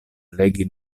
legi